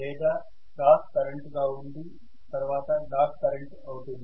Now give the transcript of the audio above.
లేదా క్రాస్ కరెంటుగా ఉండి తర్వాత డాట్ కరెంటు అవుతుంది